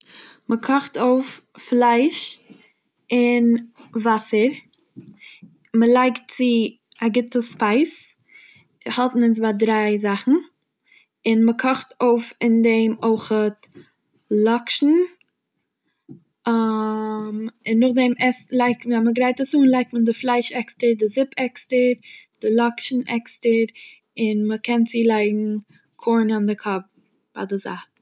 מ'קאכט אויף פלייש אין וואסער, מ'לייגט צו א גוטע ספייס, האלטן אונז ביי דריי זאכן, און מ'קאכט אויף אין דעם אויכעט לאקשן, און נאכדעם עסט- לייגט- ווען מ'גרייט עס אן לייגט מען די פלייש עקסטער, די זופ עקסטער, די לאקשן עקסטער און מ'קען צולייגן ביי די זייט.